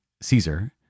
Caesar